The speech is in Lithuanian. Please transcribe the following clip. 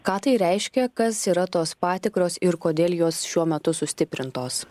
ką tai reiškia kas yra tos patikros ir kodėl jos šiuo metu sustiprintos